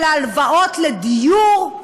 של ההלוואות לדיור,